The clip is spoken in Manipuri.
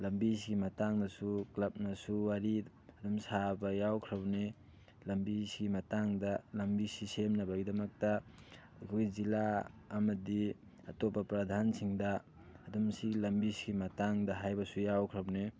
ꯂꯝꯕꯤꯁꯤꯒꯤ ꯃꯇꯥꯡꯗꯁꯨ ꯀ꯭ꯂꯕꯅꯁꯨ ꯋꯥꯔꯤ ꯑꯗꯨꯝ ꯁꯥꯕ ꯌꯥꯎꯈ꯭ꯔꯕꯅꯤ ꯂꯝꯕꯤꯁꯤꯒꯤ ꯃꯇꯥꯡꯗ ꯂꯝꯕꯤꯁꯤ ꯁꯦꯝꯅꯕꯒꯤꯗꯃꯛꯇ ꯑꯩꯈꯣꯏ ꯖꯤꯂꯥ ꯑꯃꯗꯤ ꯑꯇꯣꯞꯄ ꯄ꯭ꯔꯗꯥꯟꯁꯤꯡꯗ ꯑꯗꯨꯝ ꯁꯤ ꯂꯝꯕꯤꯁꯤꯒꯤ ꯃꯇꯥꯡꯗ ꯍꯥꯏꯕꯁꯨ ꯌꯥꯎꯈ꯭ꯔꯕꯅꯤ